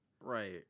right